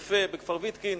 יפה, בכפר-ויתקין,